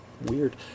weird